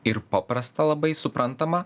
ir paprasta labai suprantama